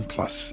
Plus